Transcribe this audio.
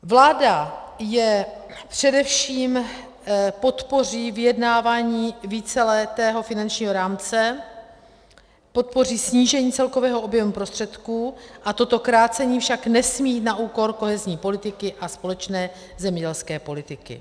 Vláda především podpoří vyjednávání víceletého finančního rámce, podpoří snížení celkového objemu prostředků, toto krácení však nesmí jít na úkor kohezní politiky a společné zemědělské politiky.